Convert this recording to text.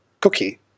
cookie